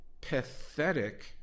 pathetic